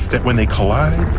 that when they collide,